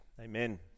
Amen